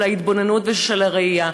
של ההתבוננות ושל הראייה.